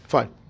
Fine